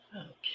Okay